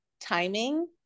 timing